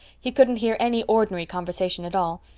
he couldn't hear any ordinary conversation at all.